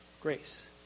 grace